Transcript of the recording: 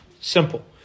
simple